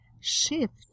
shift